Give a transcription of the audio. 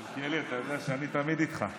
מלכיאלי, אתה יודע שאני תמיד איתך.